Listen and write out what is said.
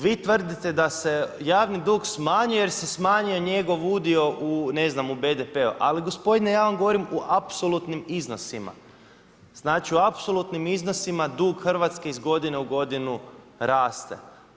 Vi tvrdite da se javni dug smanjio jer se smanjio njegov udio u ne znam u BDP-u, ali gospodine ja vam govorim u apsolutnim iznosima, znači u apsolutnim iznosima dug Hrvatske iz godine u godinu raste.